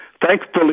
Thankfully